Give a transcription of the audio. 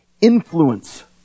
influence